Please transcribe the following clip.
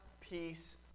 peace